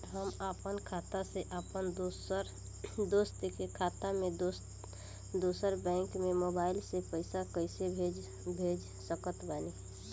हम आपन खाता से अपना दोस्त के खाता मे दोसर बैंक मे मोबाइल से पैसा कैसे भेज सकत बानी?